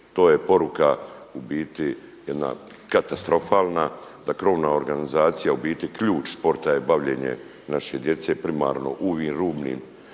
To je poruka u biti jedna katastrofalna, da krovna organizacija u biti ključ sporta je bavljenje naše djece primarno u ovim rubnim